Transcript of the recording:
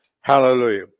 Hallelujah